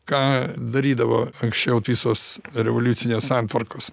ką darydavo anksčiau visos revoliucinės santvarkos